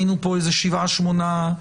היינו פה שבעה-שמונה דיונים.